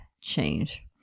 change